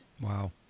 Wow